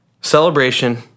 Celebration